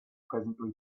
presently